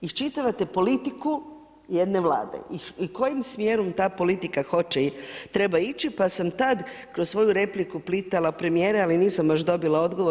Iščitavate politiku jedne Vlade i kojim smjerom ta politika hoće, treba ići, pa sam tad kroz svoju repliku uplitala premijera ali nisam baš dobila odgovor.